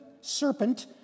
serpent